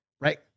right